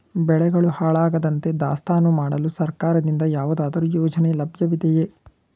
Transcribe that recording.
ಬೆಳೆಗಳು ಹಾಳಾಗದಂತೆ ದಾಸ್ತಾನು ಮಾಡಲು ಸರ್ಕಾರದಿಂದ ಯಾವುದಾದರು ಯೋಜನೆ ಲಭ್ಯವಿದೆಯೇ?